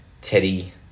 Teddy